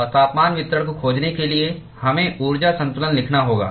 और तापमान वितरण को खोजने के लिए हमें ऊर्जा संतुलन लिखना होगा